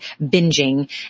binging